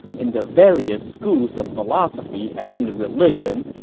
in the various schools of philosophy and religion,